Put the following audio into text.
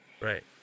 Right